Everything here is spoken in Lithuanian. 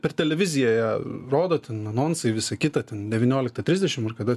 per televiziją ją rodo ten anonsai visa kita ten devynioliktą trisdešim ar kada